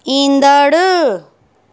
ईंदड़ु